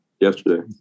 yesterday